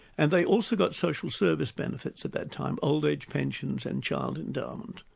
and they also got social service benefits at that time, old age pensions and child endowment,